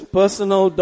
personal